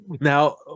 now